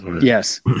Yes